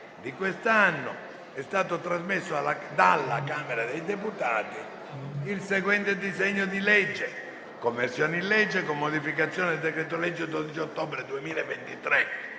novembre 2023 è stato trasmesso dalla Camera dei deputati il seguente disegno di legge: «Conversione in legge, con modificazioni, del decreto-legge 12 ottobre 2023,